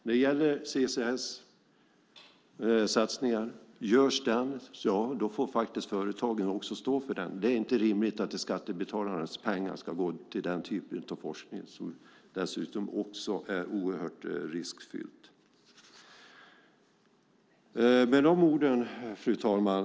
När det gäller CCS-satsningar får faktiskt företagen stå för det. Det är inte rimligt att skattebetalarnas pengar ska gå till den typen av forskning, som dessutom också är oerhört riskfylld. Fru talman!